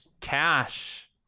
cash